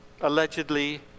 allegedly